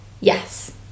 Yes